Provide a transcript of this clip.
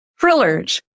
thrillers